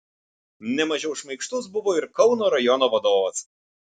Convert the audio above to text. ne mažiau šmaikštus buvo ir kauno rajono vadovas